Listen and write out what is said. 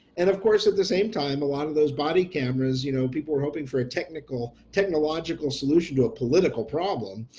and of course at the same time a lot of those body cameras you know people are hoping for a technical technological solution to a political problem.